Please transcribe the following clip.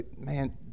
man